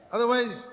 Otherwise